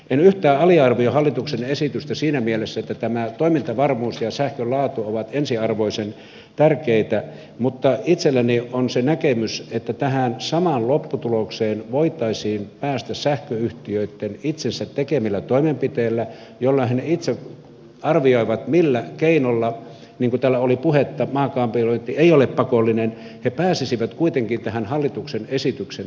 en yhtään aliarvioi hallituksen esitystä siinä mielessä että toimintavarmuus ja sähkön laatu ovat ensiarvoisen tärkeitä mutta itselläni on se näkemys että tähän samaan lopputulokseen voitaisiin päästä sähköyhtiöitten itsensä tekemillä toimenpiteillä joilla he itse arvioivat millä keinoilla niin kuin täällä oli puhetta maakaapelointi ei ole pakollinen he pääsisivät kuitenkin tähän hallituksen esityksen tavoitteeseen